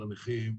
על הנכים,